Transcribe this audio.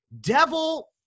Devil